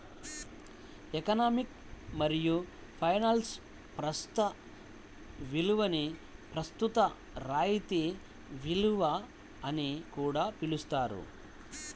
economics మరియు ఫైనాన్స్లో ప్రస్తుత విలువని ప్రస్తుత రాయితీ విలువ అని కూడా పిలుస్తారు